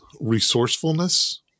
resourcefulness